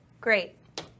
Great